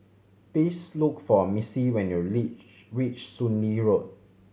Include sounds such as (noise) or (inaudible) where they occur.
please look for Missie when you (unintelligible) reach Soon Lee Road